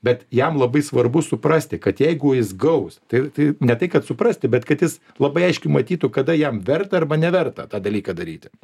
bet jam labai svarbu suprasti kad jeigu jis gaus tai tai ne tai kad suprasti bet kad jis labai aiškiai matytų kada jam verta arba neverta tą dalyką daryti